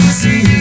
see